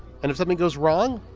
and if something goes wrong,